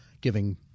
giving